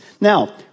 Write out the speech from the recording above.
Now